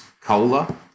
cola